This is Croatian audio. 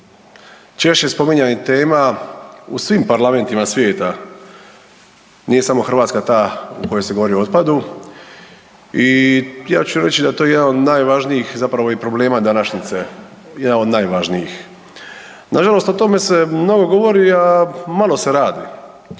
najčešće spominjanih tema u svim parlamentima svijeta, nije samo Hrvatska ta u kojoj se govori o otpadu i ja ću reći da je to jedan od najvažnijih zapravo i problema današnjice, jedan od najvažnijih. Nažalost, o tome se mnogo govori, a malo se radi